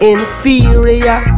Inferior